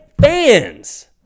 fans